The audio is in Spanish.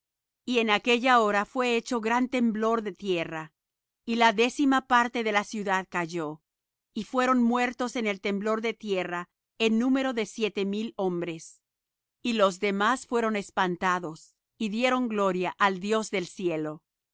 y en aquella hora fué hecho gran temblor de tierra y la décima parte de la ciudad cayó y fueron muertos en el temblor de tierra en número de siete mil hombres y los demás fueron espantados y dieron gloria al dios del cielo